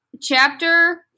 chapter